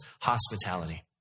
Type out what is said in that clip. hospitality